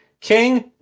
King